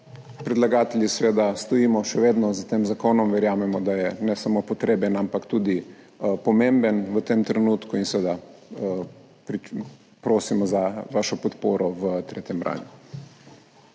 Predlagatelji seveda še vedno stojimo za tem zakonom, verjamemo, da je ne samo potreben, ampak tudi pomemben v tem trenutku, in seveda prosimo za vašo podporo v tretjem branju.